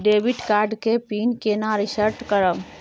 Debit card के PIN केना reset करब?